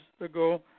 ago